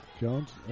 Jones